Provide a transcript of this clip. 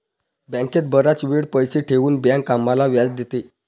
बँकेत बराच वेळ पैसे ठेवून बँक आम्हाला व्याज देते